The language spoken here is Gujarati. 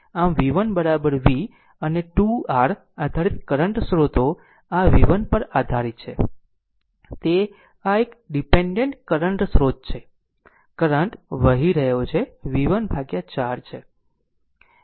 આમ v1 v અને 2 r આધારિત કરંટ સ્ત્રોતો આ v 1 પર આધારિત છે તે આ એક ડીપેન્ડેન્ટ કરંટ સ્રોત છે કરંટ આ કરંટ વહી રહ્યો છે v 4 છે